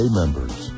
members